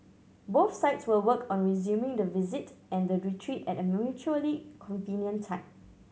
both sides will work on resuming the visit and the retreat at a mutually convenient time